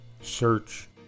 search